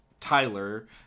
tyler